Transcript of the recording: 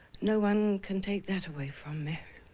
no one can take that away from me